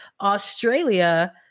Australia